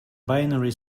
binary